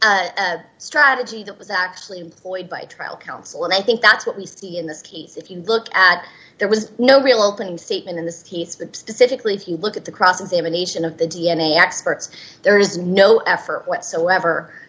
a strategy that was actually employed by trial counsel and i think that's what we see in this case if you look at there was no real opening statement in this he specifically if you look at the cross examination of the d n a experts there is no effort whatsoever